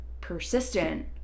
persistent